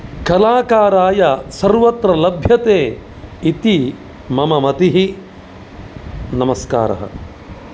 कलाकाराय सर्वत्र लभ्यते इति मम मतिः नमस्कारः